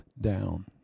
down